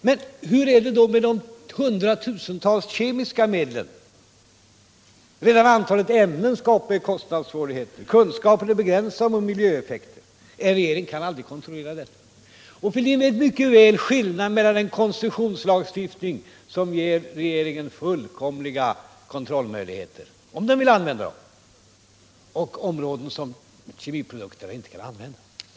Men hur är det med de hundratusentals kemiska medlen? Redan antalet ämnen skapar kostnadssvårigheter. Och kunskapen om miljöeffekter är begränsad. En regering kan aldrig klara detta. Det är en väldig skillnad mellan en koncessionslagstiftning — som ger regeringen fullständiga kontrollmöjligheter, om den vill använda dem — och områden som kemiska produkter, där samma sak inte går.